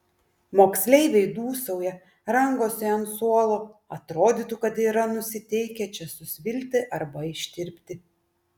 moksleiviai dūsauja rangosi ant suolo atrodytų kad yra nusiteikę čia susvilti arba ištirpti